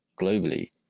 globally